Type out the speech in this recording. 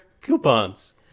coupons